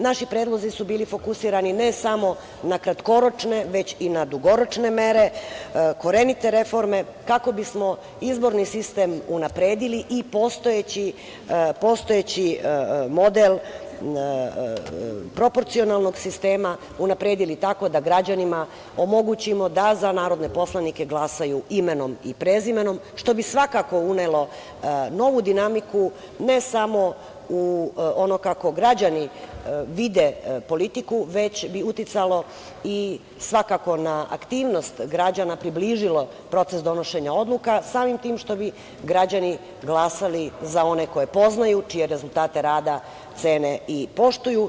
Naši predlozi su bili fokusirani ne samo na kratkoročne već i na dugoročne mere, korenite reforme kako bismo izborni sistem unapredili i postojeći model proporcionalnog sistema unapredili tako da građanima omogućimo da za narodne poslanike glasaju imenom i prezimenom, što bi svakako unelo novu dinamiku, ne samo u ono kako građani vide politiku, već bi uticalo i svakako na aktivnost građana, približilo proces donošenja odluka, samim tim što bi građani glasali za one koje poznaju, čije rezultate rada cene i poštuju.